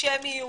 באנטישמיות,